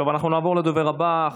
אנחנו נעבור לדובר הבא.